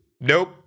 Nope